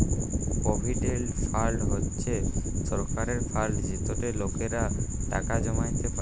provident fund হছে সরকারের fund যেটতে লকেরা টাকা জমাইতে পারে